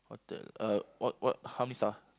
hotel uh what what how many star